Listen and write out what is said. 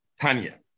Tanya